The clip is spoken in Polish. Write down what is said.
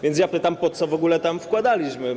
Więc pytam, po co w ogóle tam wkładaliśmy.